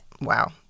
wow